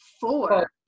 four